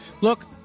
Look